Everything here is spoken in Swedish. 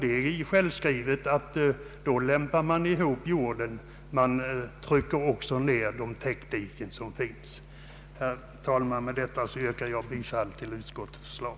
Det är självklart att man då lämpar ihop jorden och trycker ned de täckdiken som finns. Herr talman! Jag ber att få yrka bifall till utskottets förslag.